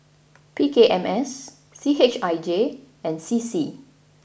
P K M S C H I J and C C